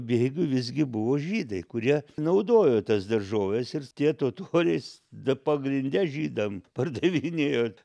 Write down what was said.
bėgių visgi buvo žydai kurie naudojo tas daržoves ir tie totoriais da pagrinde žydam pardavinėjo